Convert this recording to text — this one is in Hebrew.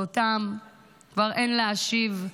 שאותם כבר אין להשיב,